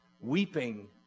weeping